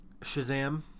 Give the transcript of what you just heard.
Shazam